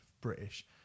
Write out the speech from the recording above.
British